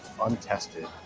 untested